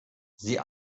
sie